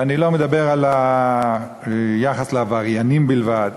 ואני לא מדבר על יחס לעבריינים בלבד.